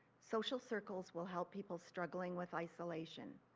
social circles will help people struggling with isolation.